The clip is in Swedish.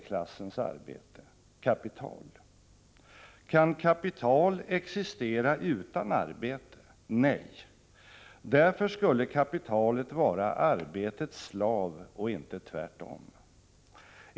Kan kapital existera utan arbete? Nej! Därför skulle kapitalet vara arbetets slav och icke tvärtom.